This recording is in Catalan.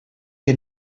que